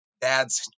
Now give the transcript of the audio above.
Dad's